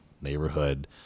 neighborhood